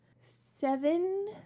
seven